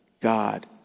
God